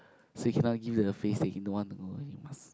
so you cannot give the face that you don't want to go you must